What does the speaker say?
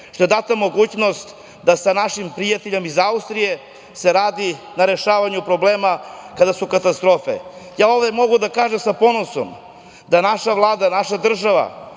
što je data mogućnost da sa našim prijateljom iz Austrije se radi na rešavanju problema kada su katastrofe u pitanju. Ja ovde mogu da kažem sa ponosom da naša Vlada, naša država,